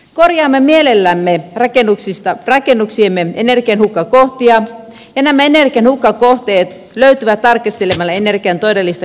korjaamme mielellämme rakennuksiemme energianhukkakohtia ja nämä energianhukkakohteet löytyvät tarkastelemalla energian todellista kulutusta